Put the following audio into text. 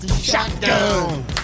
Shotgun